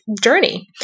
journey